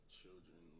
children